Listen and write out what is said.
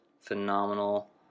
phenomenal